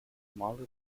molly